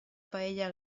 paella